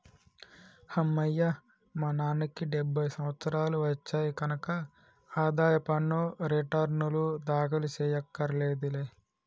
అమ్మయ్యా మా నాన్నకి డెబ్భై సంవత్సరాలు వచ్చాయి కనక ఆదాయ పన్ను రేటర్నులు దాఖలు చెయ్యక్కర్లేదులే